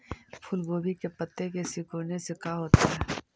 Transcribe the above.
फूल गोभी के पत्ते के सिकुड़ने से का होता है?